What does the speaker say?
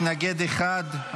מתנגד אחד.